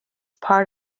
part